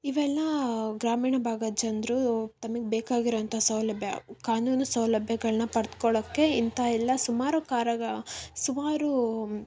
ಇವೆಲ್ಲ ಗ್ರಾಮೀಣ ಭಾಗದ ಜನರು ತಮಗೆ ಬೇಕಾಗಿರುವಂತಹ ಸೌಲಭ್ಯ ಕಾನೂನು ಸೌಲಭ್ಯಗಳನ್ನ ಪಡೆದ್ಕೊಳ್ಳೋಕೆ ಇಂತಹ ಎಲ್ಲ ಸುಮಾರು ಕಾರಣ ಸುಮಾರು